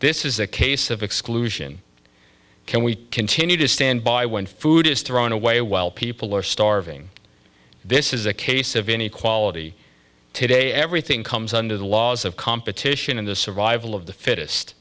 this is a case of exclusion can we continue to stand by when food is thrown away while people are starving this is a case of inequality today everything comes under the laws of competition and the survival of the fittest